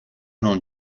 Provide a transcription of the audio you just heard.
non